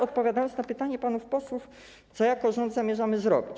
Odpowiadając na pytania panów posłów, wyjaśnię, co jako rząd zamierzamy zrobić.